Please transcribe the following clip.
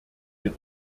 den